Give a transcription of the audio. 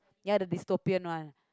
ya the dystopian one